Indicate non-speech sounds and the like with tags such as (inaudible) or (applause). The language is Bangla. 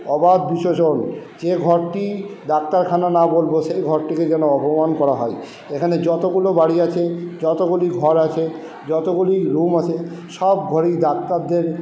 অবাধ (unintelligible) যে ঘরটি ডাক্তারখানা না বলবো সেই ঘরটিকে যেন অপমান করা হয় এখানে যতোগুলো বাড়ি আছে যতোগুলি ঘর আছে যতোগুলি রুম আছে সব ঘরেই ডাক্তারদের